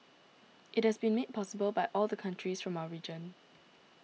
it has been made possible by all the countries from our region